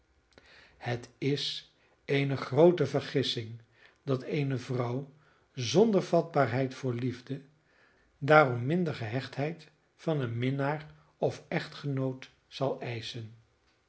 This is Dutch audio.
het is eene groote vergissing dat eene vrouw zonder vatbaarheid voor liefde daarom minder gehechtheid van een minnaar of echtgenoot zal eischen